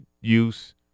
use